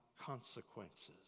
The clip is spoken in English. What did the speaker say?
consequences